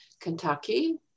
Kentucky